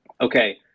Okay